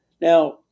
now